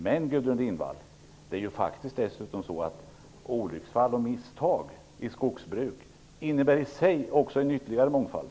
Men, Gudrun Lindvall, olycksfall och misstag i skogsbruk innebär i sig också en ytterligare mångfald.